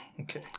Okay